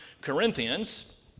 Corinthians